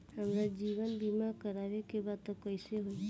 हमार जीवन बीमा करवावे के बा त कैसे होई?